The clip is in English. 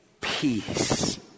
peace